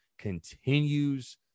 continues